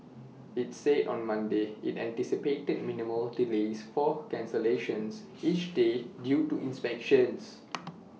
IT said on Monday IT anticipated minimal delays for cancellations each day due to inspections